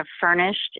furnished